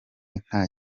nta